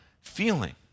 feeling